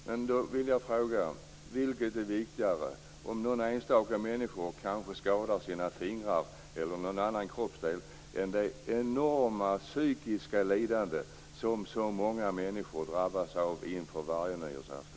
Men vilket är viktigare, om någon enstaka människa skadar några fingrar eller någon annan kroppsdel, eller det enorma psykiska lidande som många människor drabbas av inför varje nyårsafton?